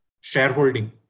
shareholding